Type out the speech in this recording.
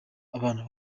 abana